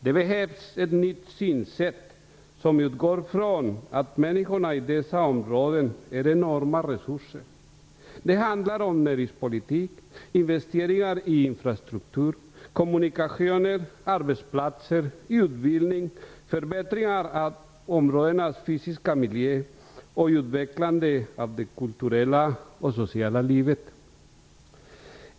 Det behövs ett nytt synsätt som utgår från att människorna i dessa områden är enorma resurser. Det handlar om näringspolitik, investeringar i infrastruktur, kommunikationer, arbetsplatser, utbildning, förbättringar av områdenas fysiska miljö och utvecklande av det kulturella och sociala livet.